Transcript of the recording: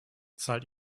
zahlt